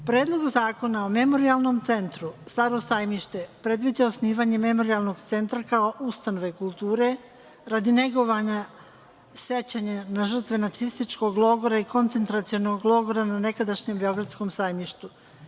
Predlog zakona o Memorijalnom centru „Staro sajmište“ predviđa osnivanje Memorijalnog centra, kao ustanove kulture radi negovanja sećanja na žrtve nacističkog logora i koncentracionog logora na nekadašnjem Beogradskom sajmištu.